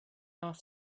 off